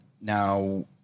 now